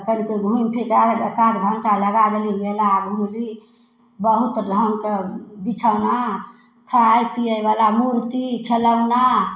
तऽ कनिको घुमिफिरिके आबै छी एकाध घण्टा लगा देली मेला घुमली बहुत ढङ्गके बिछौना खाइ पिएवला मुरती खेलौना